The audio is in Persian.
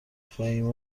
فهیمه